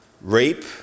rape